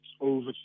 over